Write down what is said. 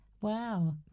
Wow